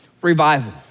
revival